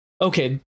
okay